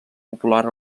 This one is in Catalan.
popular